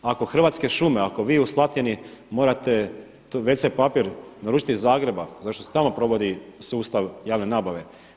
Ako Hrvatske šume, ako vi u Slatini morate wc papir naručiti iz Zagreba zato što se tamo provodi sustav javne nabave.